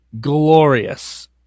glorious